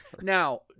now